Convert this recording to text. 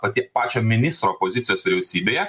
pati pačio ministro pozicijos vyriausybėje